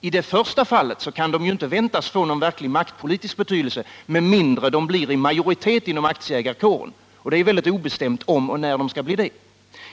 I det första fallet kan ju fonderna inte väntas få någon verklig maktpolitisk betydelse med mindre än att de blir i majoritet inom aktieägar kåren — och det är mycket obestämt om och när de skall bli det.